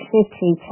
City